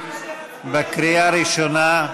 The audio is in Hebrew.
בקריאה ראשונה.